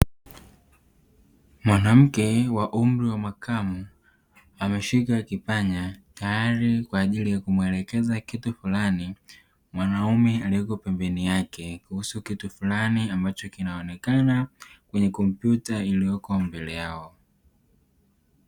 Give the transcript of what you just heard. Mwanamke wa umri wa makamo ameshika kipanya tayari kwa ajili ya kumuelekeza kitu fulani mwanaume aliyeko pembeni yake kuhusu kitu fulani ambacho kinaonekana kwenye kompyuta iliyopo mbele yao.